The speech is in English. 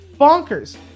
bonkers